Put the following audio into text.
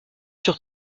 sur